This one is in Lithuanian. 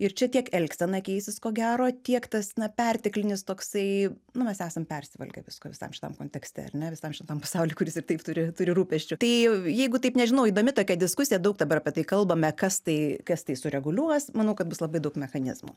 ir čia tiek elgsena keisis ko gero tiek tas perteklinis toksai nu mes esam persivalgę visko visam šitam kontekste ar ne visam šitam pasauly kuris ir taip turi turi rūpesčių tai jeigu taip nežinau įdomi tokia diskusija daug dabar apie tai kalbame kas tai kas tai sureguliuos manau kad bus labai daug mechanizmų